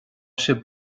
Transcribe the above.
sibh